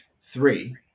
Three